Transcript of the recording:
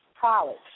college